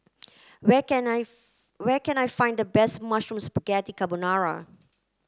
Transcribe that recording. where can I where can I find the best Mushroom Spaghetti Carbonara